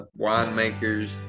winemakers